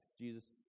Jesus